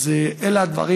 אלה הדברים.